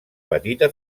petita